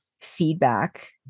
feedback